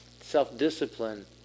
Self-discipline